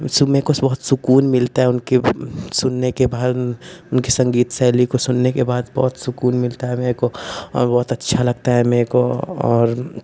सुनने को बहुत सुकून मिलता है उनकी सुनने के बाद उनकी संगीत शैली को सुनने के बाद बहुत सुकून मिलता है मेरे को और बहुत अच्छा लगता है मेरे को